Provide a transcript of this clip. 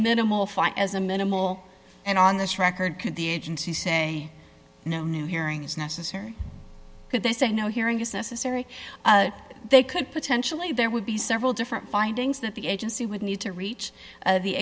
minimal file as a minimal and on this record the agency say no new hearing is necessary because they say no hearing is necessary they could potentially there would be several different findings that the agency would need to reach